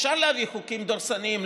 אפשר להביא חוקים דורסניים,